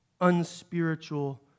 unspiritual